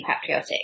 patriotic